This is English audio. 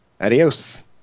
Adios